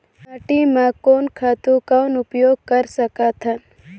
माटी म कोन खातु कौन उपयोग कर सकथन?